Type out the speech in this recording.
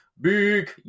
big